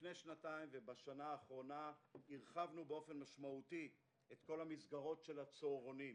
לפני שנתיים ובשנה האחרונה הרחבנו משמעותית את כל המסגרות של צהרונים,